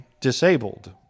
disabled